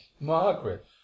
margaret